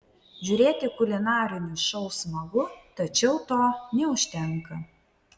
žiūrėti kulinarinius šou smagu tačiau to neužtenka